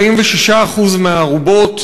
46% מהארובות,